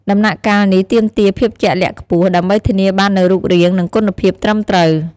ដំណាក់កាលនេះទាមទារភាពជាក់លាក់ខ្ពស់ ដើម្បីធានាបាននូវរូបរាង និងគុណភាពត្រឹមត្រូវ។